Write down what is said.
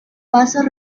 pasos